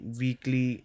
weekly